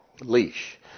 leash